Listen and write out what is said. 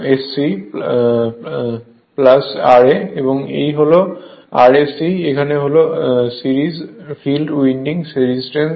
এই Rse হল এখানে সিরিজ ফিল্ড উইন্ডিং রেজিস্ট্যান্স